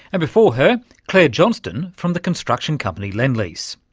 and before her claire johnston from the construction company lend lease.